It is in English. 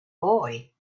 boy